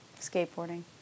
Skateboarding